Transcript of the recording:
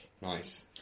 Nice